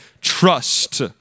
trust